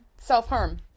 self-harm